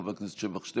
חבר הכנסת ווליד